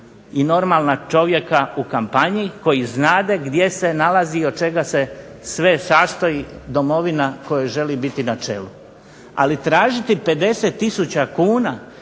i normalna čovjeka u kampanji koji znade gdje se nalazi i od čega se sve sastoji Domovina kojoj želi biti na čelu. Ali, tražiti 50 tisuća